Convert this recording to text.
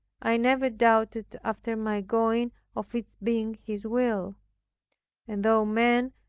i never doubted after my going of its being his will and though men,